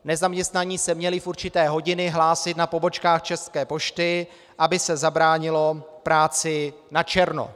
Nezaměstnaní se měli v určité hodiny hlásit na pobočkách České pošty, aby se zabránilo práci načerno.